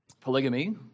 polygamy